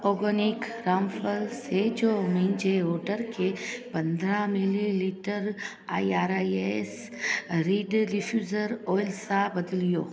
organic रामफल शइ जे मुंहिंजे ऑडर खे पंद्राहं millilitre I R I S reed diffuser oil सां बदिलियो